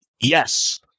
yes